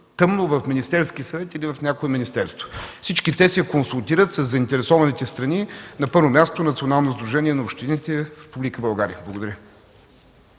тъмно в Министерския съвет или в някое министерство. Всички те се консултират със заинтересованите страни, на първо място – Националното сдружение на общините в Република България. Благодаря.